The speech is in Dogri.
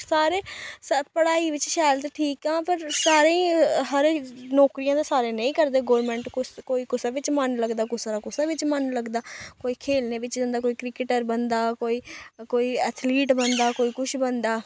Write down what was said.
सारे सब्ब पढ़ाई बिच्च शैल ते ठीक गै हां पर सारें गी हर इक नौकरियां ते सारे नेईं करदे गोरमैंट कुस कोई कुसै बिच्च मन लगदा कुसै दा कुसै बिच्च मन लगदा कोई खेलने बिच्च जंदा कोई क्रिकेटर बनदा कोई कोई एथलीट बनदा कोई कुछ बनदा